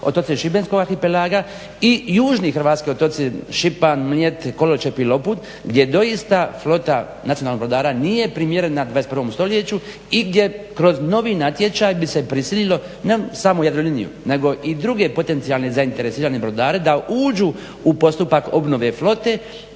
otoci šibenskog arhipelaga i južni hrvatski otoci Šipan, Mljet, Koločep i Lopud gdje doista flota nacionalnog brodara nije primjerena 21. stoljeću i gdje kroz novi natječaj bi se prisililo ne samo Jadroliniju nego i druge potencijalne zainteresirane brodare da uđu u postupak obnove flote